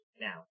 now